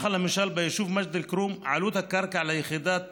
למשל, ביישוב מג'ד אל-כרום, עלות הקרקע ליחידת